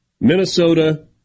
Minnesota